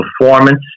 performance